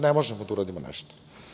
Ne možemo da uradimo nešto.